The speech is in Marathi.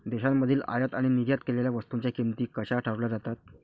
देशांमधील आयात आणि निर्यात केलेल्या वस्तूंच्या किमती कशा ठरवल्या जातात?